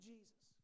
Jesus